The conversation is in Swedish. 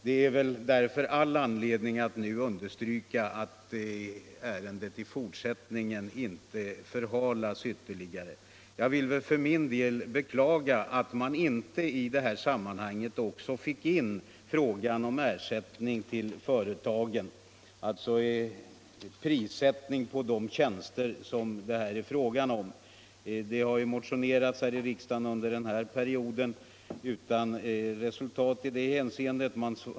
Det är väl därför all anledning att nu understryka att ärendet i fortsättningen inte får förhalas ytterligare. Jag beklagar för min del att man i utredningsarbetet inte fick in frågan om ersättning till företagen, dvs. en prissättning på de tjänster som det är fråga om. Det har under innevarande period motionerats här i riksdagen utan resultat i det hänseendet.